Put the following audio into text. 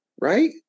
right